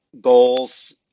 goals